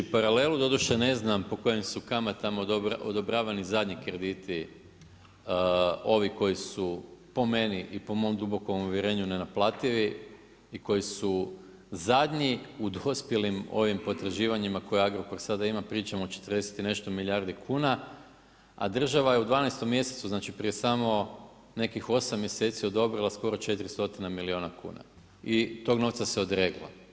Mogu povući paralelu, doduše ne znam po kojim su kamatama odobravani zadnji krediti ovi koji su po meni i po mom dubokom uvjerenju nenaplativi i koji su zadnji u dospjelim ovim potraživanjima koje Agrokor sada ima, pričamo o 40 i nešto milijardi kuna a država je u 12 mjesecu znači prije samo nekih 8 mjeseci odobrila skoro 4 stotine milijuna kuna i tog novca se odrekla.